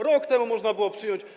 Rok temu można było to przyjąć.